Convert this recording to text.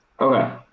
Okay